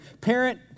Parent